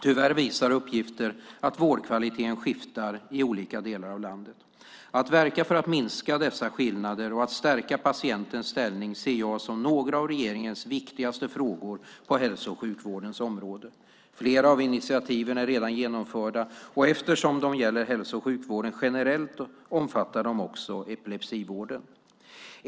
Tyvärr visar uppgifter att vårdkvaliteten skiftar i olika delar av landet. Att verka för att minska dessa skillnader och att stärka patientens ställning ser jag som några av regeringens viktigaste frågor på hälso och sjukvårdens område. Flera av initiativen är redan genomförda, och eftersom de gäller hälso och sjukvården generellt omfattar de också epilepsivården.